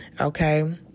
Okay